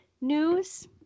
news